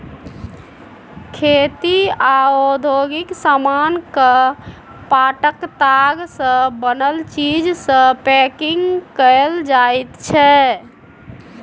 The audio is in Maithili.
खेती आ औद्योगिक समान केँ पाटक ताग सँ बनल चीज सँ पैंकिग कएल जाइत छै